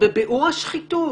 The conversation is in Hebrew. בביעור השחיתות